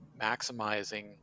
maximizing